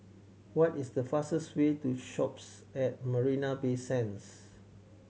what is the fastest way to Shoppes at Marina Bay Sands